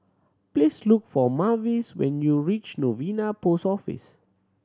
please look for Mavis when you reach Novena Post Office